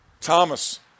Thomas